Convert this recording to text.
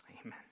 Amen